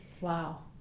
Wow